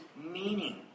meaning